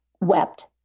wept